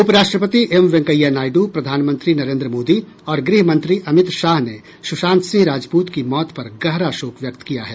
उपराष्ट्रपति एम वेंकैया नायडू प्रधानमंत्री नरेन्द्र मोदी और गृह मंत्री अमित शाह ने सुशांत सिंह राजपूत की मौत पर गहरा शोक व्यक्त किया है